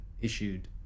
issued